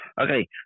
Okay